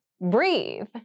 breathe